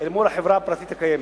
אל מול החברה הפרטית הקיימת.